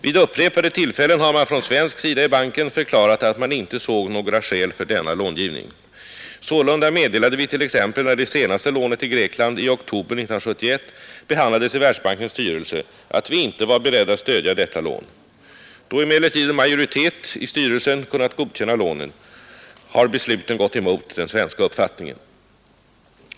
Vid upprepade tillfällen har man från svensk sida i banken förklarat att man inte såg några skäl för denna långivning. Sålunda meddelade vi t.ex. när det senaste lånet till Grekland i oktober 1971 behandlades i Världsbankens styrelse att vi inte var beredda stödja detta lån. Då emellertid en majoritet i styrelsen kunnat godkänna lånen, har besluten gått emot den svenska uppfattningen.